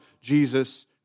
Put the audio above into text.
Jesus